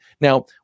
Now